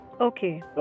Okay